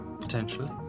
Potentially